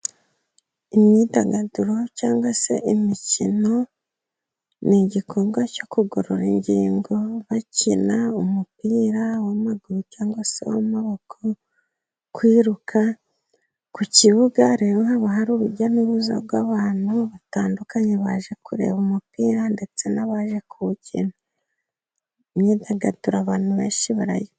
Imyidagaduro cyangwa se imikino, ni igikorwa cyo kugorora ingingo bakina umupira w'amaguru cyangwa se w'amaboko. Kwiruka ku kibuga rero haba hari urujya nuruza bw'abantu batandukanye, baje kureba umupira ndetse n'abaje kuwukina. Imyidagaduro abantu benshi barayikunda.